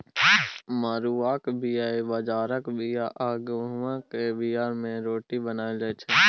मरुआक बीया, बजराक बीया आ गहुँम केर बीया सँ रोटी बनाएल जाइ छै